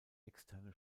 externe